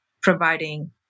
providing